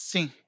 Sim